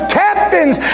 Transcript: captains